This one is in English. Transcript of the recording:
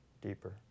deeper